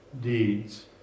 deeds